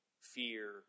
fear